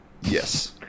Yes